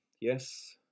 yes